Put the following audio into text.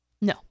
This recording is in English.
No